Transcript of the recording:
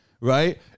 right